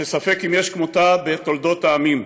שספק אם יש כמותה בתולדות העמים.